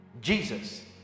Jesus